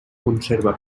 conserva